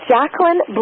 Jacqueline